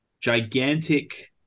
gigantic